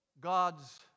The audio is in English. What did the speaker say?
God's